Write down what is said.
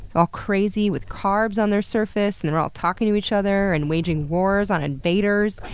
all crazy with carbs on their surface, and they're all talking to each other, and waging wars on invaders,